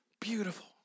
beautiful